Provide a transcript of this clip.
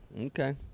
Okay